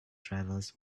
drivers